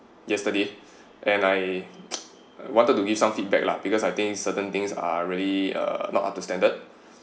yesterday and I wanted to give some feedback lah because I think certain things are really uh not up to standard